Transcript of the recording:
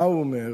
מה הוא אומר?